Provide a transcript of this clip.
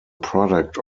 product